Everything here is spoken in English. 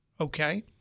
Okay